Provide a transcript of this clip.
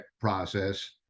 process